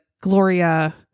Gloria